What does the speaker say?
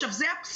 מדוע זה אבסורד?